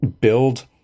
build